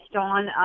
on